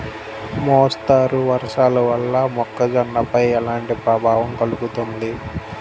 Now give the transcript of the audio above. మోస్తరు వర్షాలు వల్ల మొక్కజొన్నపై ఎలాంటి ప్రభావం కలుగుతుంది?